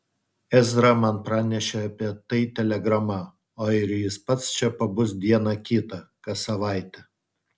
ezra man pranešė apie tai telegrama o ir jis pats čia pabus dieną kitą kas savaitę